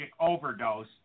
overdose